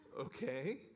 okay